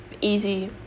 easy